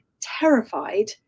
terrified